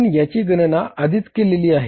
आपण याची गणना आधीच केली आहे